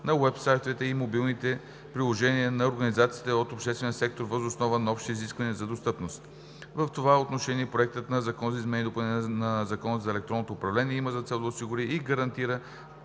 на уебсайтовете и мобилните приложения на организациите от обществения сектор въз основа на общите изисквания за достъпност. В това отношение Проектът на закон за изменение и допълнение на Закона за електронното управление има за цел да осигури и гарантира